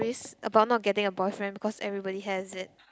~ries about not getting a boyfriend because everybody has it